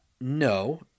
No